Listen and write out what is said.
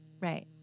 Right